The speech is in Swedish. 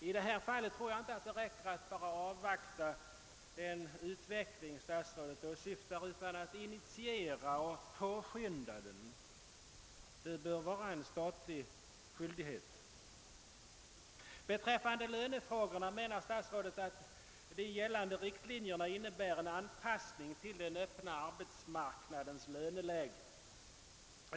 I detta fall tror jag inte att det räcker att bara avvakta den utveckling som statsrådet åsyftar, utan att initiera och påskynda den bör vara en statlig skyldighet. Beträffande lönefrågorna menar statsrådet att de gällande riktlinjerna innebär en anpassning till den öppna arbetsmarknadens löneläge.